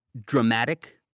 dramatic